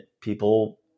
people